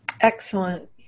Excellent